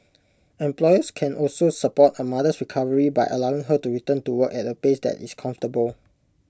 employers can also support A mother's recovery by allowing her to return to work at A pace that is comfortable